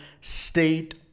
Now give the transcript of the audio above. state